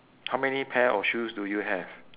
how many pair of shoes do you have